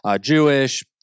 Jewish